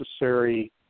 necessary